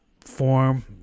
form